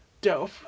dope